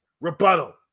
Rebuttal